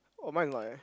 oh mine is not eh